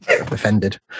offended